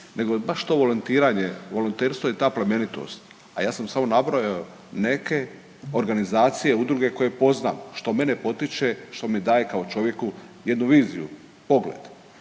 nego baš to volontiranje, volonterstvo i ta plemenitost, a ja sam samo nabrojao neke organizacije, udruge koje poznam, što mene potiče, što mi daje kao čovjeku jednu viziju, pogled.